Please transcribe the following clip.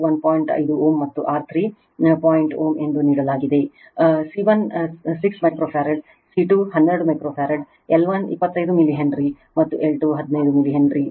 5 Ω ಮತ್ತುR 3 ಪಾಯಿಂಟ್ Ω ಎಂದು ನೀಡಲಾಗಿದೆ C1 6 ಮೈಕ್ರೋಫರಡ್ ಮತ್ತು C 2 12 microfarad L1 25 milli henry ಮತ್ತು L2 15 ಮಿಲಿ ಹೆನ್ರಿ